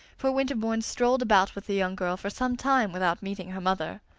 for winterbourne strolled about with the young girl for some time without meeting her mother.